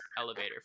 elevator